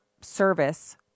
service